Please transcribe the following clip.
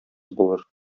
булыр